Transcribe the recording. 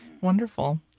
wonderful